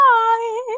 bye